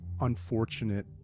unfortunate